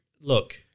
look